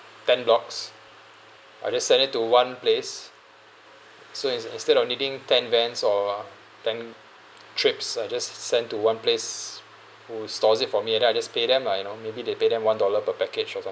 ten blocks I just send it to one place so is instead of needing ten vans or uh ten trips I just send to one place who stores it for me and then I just pay them lah you know maybe they pay them one dollar per package or